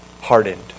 hardened